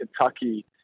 Kentucky